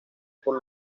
por